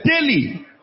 daily